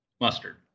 Mustard